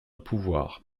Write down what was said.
pouvoir